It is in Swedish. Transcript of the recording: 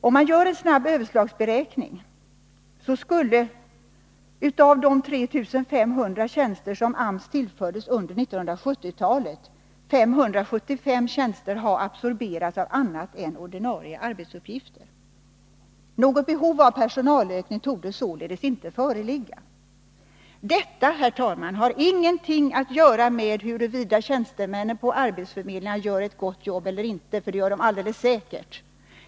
Om man gör en snabb överslagsberäkning, finner man att av de 3 500 tjänster som AMS tillfördes under 1970-talet torde 500-600 tjänster ha absorberats av annat än ordinarie arbetsuppgifter. Något behov av personalökning torde således inte föreligga. Herr talman! Detta har ingenting att göra med huruvida tjänstemännen på arbetsförmedlingarna gör ett gott jobb eller inte, för det gör de alldeles säkert.